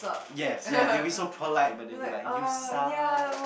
yes yes they will be so polite but they will be like you suck